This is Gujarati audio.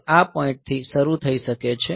તે આ પોઈન્ટ થી શરૂ થઈ શકે છે